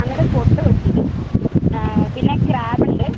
അങ്ങനെ സ്പോട്ടുണ്ട് കൊച്ചിയില് പിന്നെ ക്രാബുണ്ട്